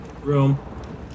room